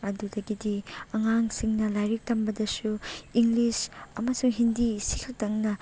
ꯑꯗꯨꯗꯒꯤꯗꯤ ꯑꯉꯥꯡꯁꯤꯡꯅ ꯂꯥꯏꯔꯤꯛ ꯇꯝꯕꯗꯁꯨ ꯏꯪꯂꯤꯁ ꯑꯃꯁꯨꯡ ꯍꯤꯟꯗꯤ ꯁꯤꯈꯛꯇꯪꯅ